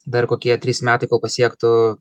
dar kokie trys metai kol pasiektų